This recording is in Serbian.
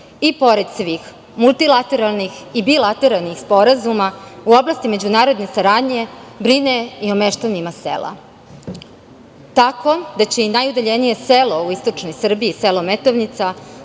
i pored svih multilateralnih i bilateralnih sporazuma, u oblasti međunarodne saradnje brine i o meštanima sela, tako da će i najudaljenije selo u istočnoj Srbiji, selo Metovnica,